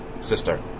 sister